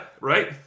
Right